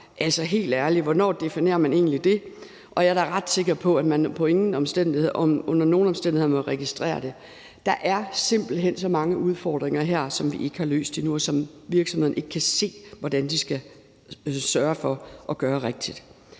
Altså, helt ærligt, hvornår definerer man egentlig det? Og jeg er da ret sikker på, at man under ingen omstændigheder må registrere det. Der er her simpelt hen så mange udfordringer, som vi ikke har løst endnu, og virksomhederne kan ikke se, hvordan de skal sørge for at gøre det rigtigt.